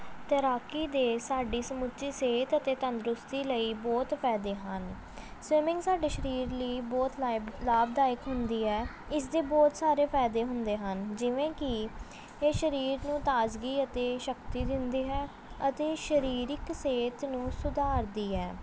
ਤੈਰਾਕੀ ਦੇ ਸਾਡੀ ਸਮੁੱਚੀ ਸਿਹਤ ਅਤੇ ਤੰਦਰੁਸਤੀ ਲਈ ਬਹੁਤ ਫਾਇਦੇ ਹਨ ਸਵਿਮਿੰਗ ਸਾਡੇ ਸਰੀਰ ਲਈ ਬਹੁਤ ਲਾਇ ਲਾਭਦਾਇਕ ਹੁੰਦੀ ਹੈ ਇਸਦੇ ਬਹੁਤ ਸਾਰੇ ਫਾਇਦੇ ਹੁੰਦੇ ਹਨ ਜਿਵੇਂ ਕਿ ਇਹ ਸਰੀਰ ਨੂੰ ਤਾਜ਼ਗੀ ਅਤੇ ਸ਼ਕਤੀ ਦਿੰਦੀ ਹੈ ਅਤੇ ਸਰੀਰਕ ਸਿਹਤ ਨੂੰ ਸੁਧਾਰਦੀ ਹੈ